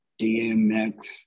DMX